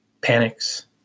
panics